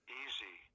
easy